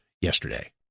yesterday